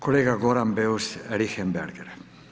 Kolega Goran Beus Richembergh.